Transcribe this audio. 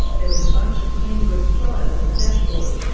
there was a bunch of kleen group flyers on the dashboard.